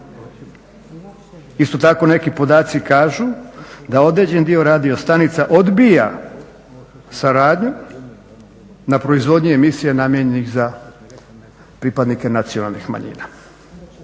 Isto tako neki podaci kažu da određeni dio radiostanica odbija suradnju na proizvodnji emisija namijenjenih za pripadnike nacionalnih manjina.